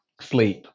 sleep